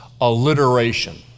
alliteration